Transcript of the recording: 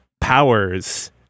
powers